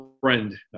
friend